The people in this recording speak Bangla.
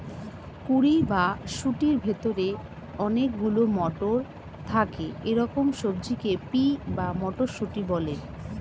কুঁড়ি বা শুঁটির ভেতরে অনেক গুলো মটর থাকে এরকম সবজিকে পি বা মটরশুঁটি বলে